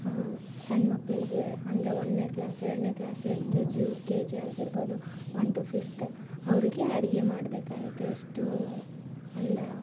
ಸಣ್ಣ ಮಕ್ಕಳಿಗೆ ಅಂದರೆ ಒಂದನೇ ಕ್ಲಾಸ್ ಎರಡನೇ class L K G U K G ಆಗಿರ್ಬೋದು ಒನ್ ಟು ಫಿಫ್ತ್ ಅವ್ರಿಗೆ ಅಡುಗೆ ಮಾಡಬೇಕಾಗಿತ್ತು ಎಷ್ಟು ಒಂದು